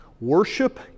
Worship